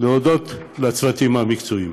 לצוותים המקצועיים,